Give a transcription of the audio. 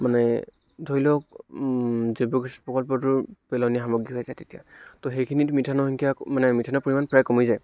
মানে ধৰি লওক জৈৱ গেছ প্ৰকল্পটোৰ পেলনীয়া সামগ্ৰী হৈছে তেতিয়া ত' সেইখিনিত মিথেনৰ সংখ্যা মানে মিথেনৰ পৰিমাণ প্ৰায় কমি যায়